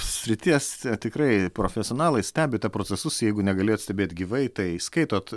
srities tikrai profesionalai stebite procesus jeigu negalėjot stebėt gyvai tai skaitot